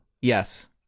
Yes